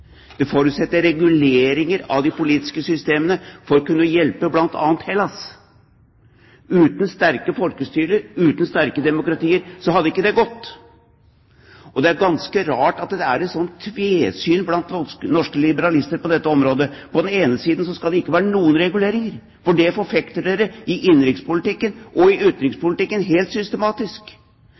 Det forutsetter reguleringer av de politiske systemene for å kunne hjelpe bl.a. Hellas. Uten sterke folkestyrer, uten sterke demokratier, hadde ikke det gått. Det er ganske rart at det er et slikt tvisyn blant norske liberalister på dette området. På den ene siden skal det ikke være noen reguleringer, det forfekter dere i innenrikspolitikken og i utenrikspolitikken helt systematisk.